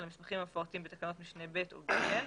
המסמכים המפורטים בתקנות משנה (ב) או (ג),